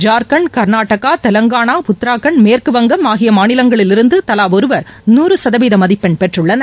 ஜார்க்கண்ட் கர்நாடகா தெலங்கானா உத்ரகாண்ட் மேற்கு வங்கம் ஆகிய மாநிலங்களிலிருந்து தலா ஒருவர் நூறு சதவீத மதிப்பெண் பெற்றுள்ளனர்